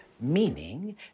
meaning